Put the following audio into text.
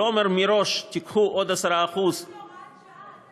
הוא לא אומר מראש: תיקחו עוד 10% הוראת שעה,